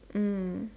mm